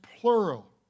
plural